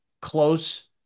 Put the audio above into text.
close